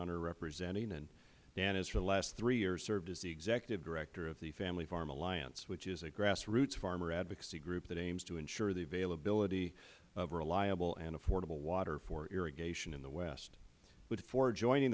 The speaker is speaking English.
honor of representing and dan has for the last three years served as the executive director of the family farm alliance which is a grassroots farmer advocacy group that aims to ensure the availability of reliable and affordable water for irrigation in the west before joining